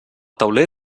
tauler